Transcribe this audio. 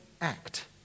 act